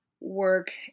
work